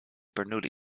bernoulli